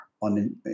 on